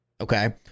okay